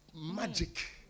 magic